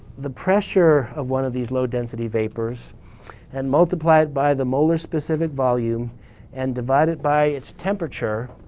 the pressure of one of these low density vapors and multiply it by the molar specific volume and divide it by its temperature,